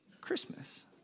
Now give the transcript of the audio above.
Christmas